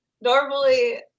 Normally